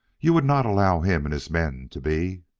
you would not allow him and his men to be